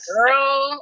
Girl